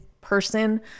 person